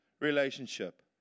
relationship